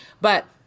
But-